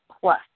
plus